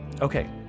Okay